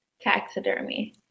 Taxidermy